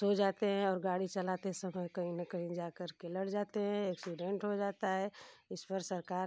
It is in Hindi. सो जाते हैं और गाड़ी चलाते समय कहीं न कहीं जाकर के लड़ जाते हैं एक्सीडेंट हो जाता है इस पर सरकार